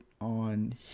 on